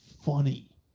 funny